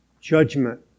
Judgment